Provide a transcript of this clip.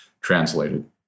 translated